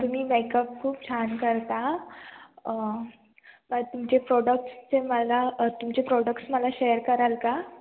तुम्ही मेकअप खूप छान करता तुमचे प्रोडक्ट्सचे मला तुमचे प्रोडक्टस मला शेअर कराल का